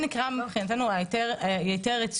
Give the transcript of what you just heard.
מבחינתנו זה נקרא היתר יצוא,